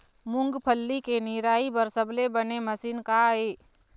मूंगफली के निराई बर सबले बने मशीन का ये?